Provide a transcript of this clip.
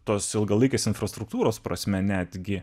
tos ilgalaikės infrastruktūros prasme netgi